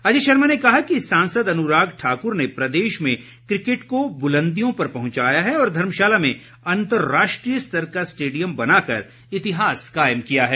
अजय शर्मा ने कहा कि सांसद अनुराग ठाकुर ने प्रदेश में क्रिकेट को बुलंदियों पर पहुंचाया है और धर्मशाला में अंतर्राष्ट्रीय स्तर का स्टेडियम बनाकर इतिहास कायम किया है